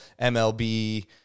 MLB